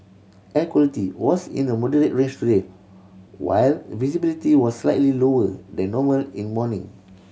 air quality was in the moderate range today while visibility was slightly lower than normal in morning